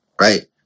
Right